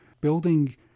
building